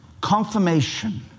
confirmation